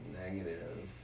negative